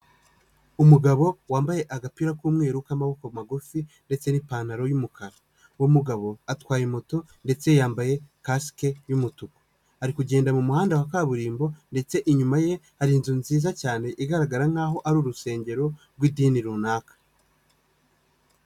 Umugabo wambaye agapira k'umweru k'amaboko magufi ndetse n'ipantaro y'umukara, uwo mugabo atwaye moto ndetse yambaye kasike y'umutuku ari kugenda mu muhanda wa kaburimbo ndetse inyuma ye hari inzu nziza cyane igaragara nkaho ari urusengero rw'idini runaka.